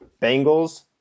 Bengals